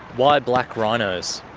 why black rhinos?